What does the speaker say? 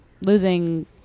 losing